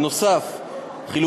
נוסף על כך,